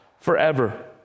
forever